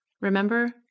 Remember